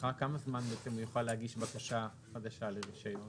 לאחר כמה זמן הוא יוכל להגיש בקשה לחידוש רישיון.